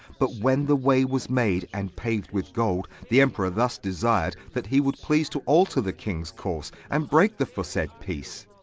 but when the way was made and pau'd with gold the emperor thus desir'd, that he would please to alter the kings course, and breake the foresaid peace.